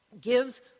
gives